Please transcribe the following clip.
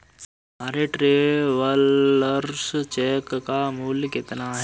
तुम्हारे travellers cheque का मूल्य कितना है?